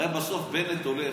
הרי בסוף בנט הולך.